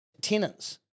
tenants